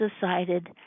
decided